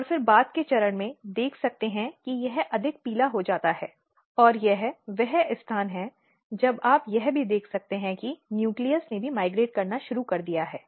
और फिर आप बाद के चरण में देख सकते हैं कि यह अधिक पीला हो जाता है और यह वह स्थान है जब आप यह भी देख सकते हैं कि न्यूक्लियस ने भी माइग्रेट करना शुरू कर दिया है